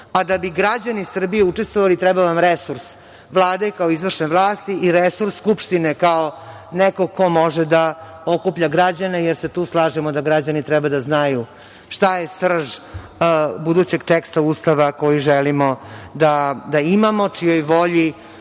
a da bi građani Srbije učestvovali treba vam resurs Vlade, kao izvršne vlasti, i resurs Skupštine, kao nekog ko može da okuplja građane, jer se tu slažemo da građani treba da znaju šta je srž budućeg teksta Ustava koji želimo da imamo, čijoj volji